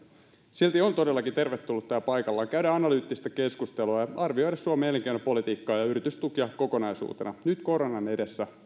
silti on todellakin tervetullutta ja paikallaan käydä analyyttistä keskustelua ja arvioida suomen elinkeinopolitiikkaa ja yritystukia kokonaisuutena nyt koronan edessä